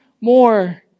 more